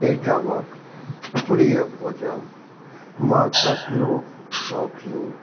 एहिठामक प्रिय भोजन माछक लोक शौकीन